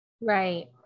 Right